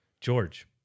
George